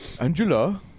Angela